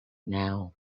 now